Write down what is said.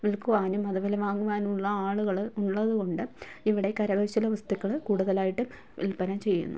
വിൽക്കുവാനും അതേ പോലെ വാങ്ങുവാനും ഉള്ള ആളുകൾ ഉള്ളതുകൊണ്ട് ഇവിടെ കരകൗശല വസ്തുക്കൾ കൂടുതലായിട്ട് വിൽപ്പന ചെയ്യുന്നു